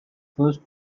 first